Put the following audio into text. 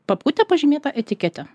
papkutę pažymėtą etikete